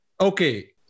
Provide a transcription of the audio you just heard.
okay